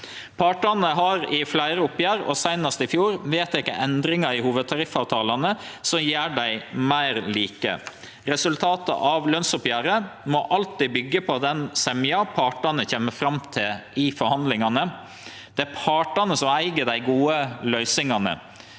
Partane har i fleire oppgjer og seinast i fjor vedteke endringar i hovudtariffavtalane som gjer dei meir like. Resultatet av lønsoppgjeret må alltid byggje på den einigheita partane kjem fram til i forhandlingane. Det er partane som eig dei gode løysingane.